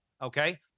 okay